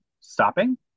stopping